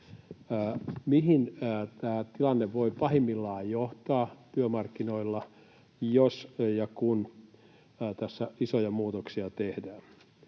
Mihin tämä tilanne voi pahimmillaan johtaa työmarkkinoilla, jos ja kun tässä isoja muutoksia tehdään?